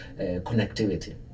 connectivity